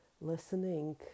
listening